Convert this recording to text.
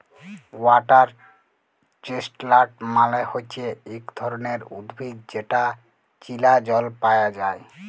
water chestnut মালে হচ্যে ইক ধরণের উদ্ভিদ যেটা চীলা জল পায়া যায়